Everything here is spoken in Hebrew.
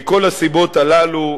מכל הסיבות האלה,